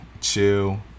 chill